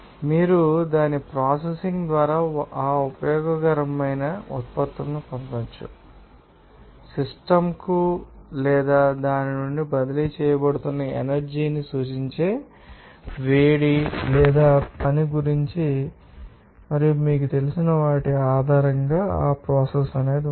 మీరు దాని ప్రాసెసింగ్ ద్వారా ఆ ఉపయోగకరమైన ఉత్పత్తులను పొందవచ్చు మరియు అందువల్ల సిస్టమ్ కు లేదా దాని నుండి బదిలీ చేయబడుతున్న ఎనర్జీ ని సూచించే వేడి లేదా పని గురించి మరియు మీకు తెలిసిన వారి ఆధారంగా ఆ ప్రోసెస్ ఉంటుంది